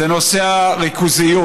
זה נושא הריכוזיות.